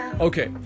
Okay